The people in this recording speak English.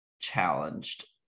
challenged